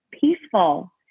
peaceful